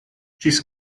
ĝis